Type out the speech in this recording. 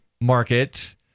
market